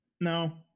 No